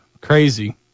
Crazy